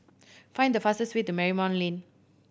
find the fastest way to Marymount Lane